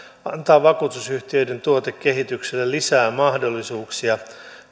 antaa vakuutusyhtiöiden tuotekehitykselle lisää mahdollisuuksia